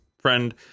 friend